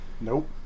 Nope